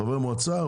חברי מועצה,